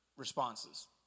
responses